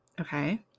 okay